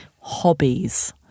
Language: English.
hobbies